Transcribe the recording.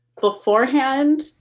beforehand